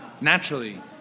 naturally